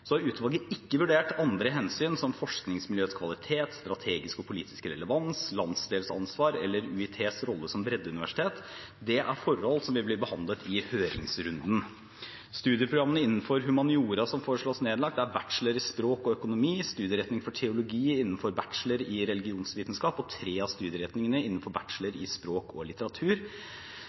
Utvalget har ikke vurdert andre hensyn som forskningsmiljøets kvalitet, strategisk og politisk relevans, landsdelsansvar eller UiTs rolle som breddeuniversitet. Det er forhold som vil bli behandlet i høringsrunden. Studieprogrammene innenfor humaniora som foreslås nedlagt, er bachelor i språk og økonomi, studieretning for teologi innenfor bachelor i religionsvitenskap og tre av studieretningene innenfor bachelor i språk og litteratur.